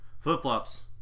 Flip-flops